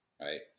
right